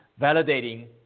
validating